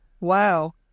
Wow